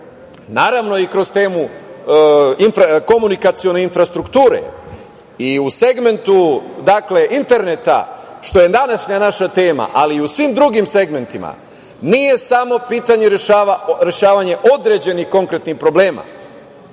naravno i kroz temu komunikacione infrastrukture i u segmentu interneta, što je danas naša tema, ali i u svim drugim segmentima nije samo pitanje rešavanja određenih konkretnih problema,